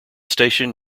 station